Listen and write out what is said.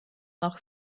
nach